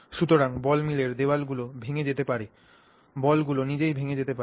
সুতরাং বল মিলের দেয়ালগুলি ভেঙে যেতে পারে বলগুলি নিজেই ভেঙে যেতে পারে